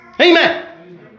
Amen